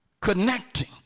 connecting